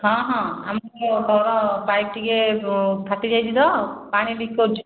ହଁ ହଁ ଆମର ଘର ପାଇପ୍ ଟିକେ ଫାଟି ଯାଇଛି ତ ପାଣି ଲିକ୍ କରୁଛି